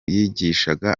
yigishaga